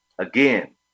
Again